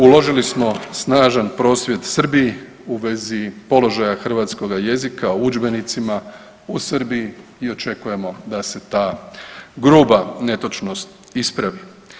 Uložili smo snažan prosvjed Srbiji u vezi položaja hrvatskoga jezika u udžbenicima u Srbiji i očekujemo da se ta gruba netočnost ispravi.